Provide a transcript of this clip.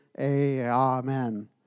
amen